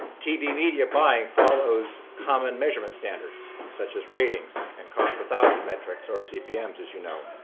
tv media buying follows common measurement standards such as ratings and cost per thousand metrics or cpms, as you know.